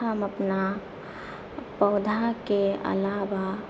हम अपना पौधाके अलावा